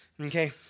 okay